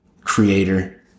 creator